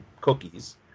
cookies